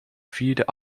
vierde